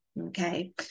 okay